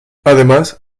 además